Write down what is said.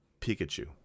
Pikachu